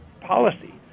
policy